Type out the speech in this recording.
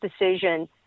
decision